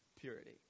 Purity